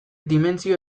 dimentsio